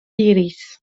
iris